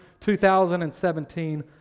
2017